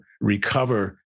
recover